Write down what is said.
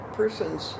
persons